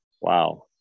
wow